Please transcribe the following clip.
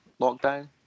lockdown